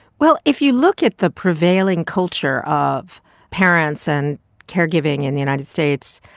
well, if you look at the prevailing culture of parents and caregiving in the united states,